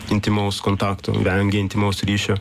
intymaus kontakto vengia intymaus ryšio